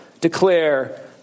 declare